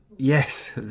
Yes